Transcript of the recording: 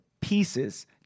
pieces